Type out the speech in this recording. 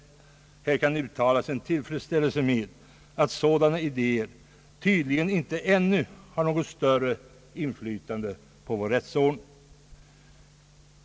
Här kan uttalas tillfredsställelse med att sådana idéer tydligen ännu inte har något större inflytande på vår rättsordning.